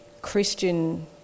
Christian